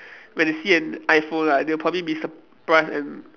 when you see an iPhone right they will probably be surprised and